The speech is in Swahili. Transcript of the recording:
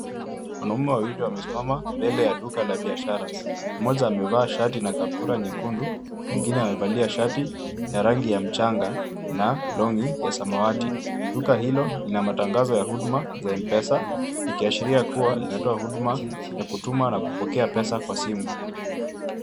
Wanaume wawili wamesimama mbele ya duka la biashara. Mmoja amevaa shati na kaptura nyekundu. Mwingine amevalia shati ya rangi ya mchanga na longi ya samawati. Duka hilo lina mataangazo ya huduma za mpesa ikiashiria kuwa linatoa huduma ya kutuma na kupokea pesa kwa simu.